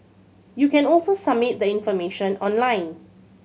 you can also submit the information online